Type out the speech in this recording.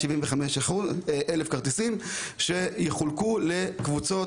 מתוך ה-175,000 יחולקו לקבוצות